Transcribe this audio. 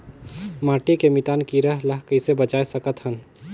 माटी के मितान कीरा ल कइसे बचाय सकत हन?